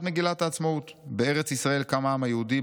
מגילת העצמאות: 'בארץ ישראל קם העם היהודי,